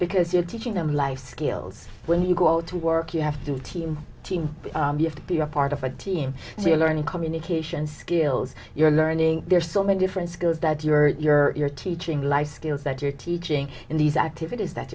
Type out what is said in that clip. because you're teaching them life skills when you go to work you have to team team you have to be a part of a team so you learn communication skills you're learning there so many different skills that you're teaching life skills that you're teaching in these activities that